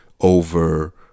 over